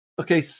okay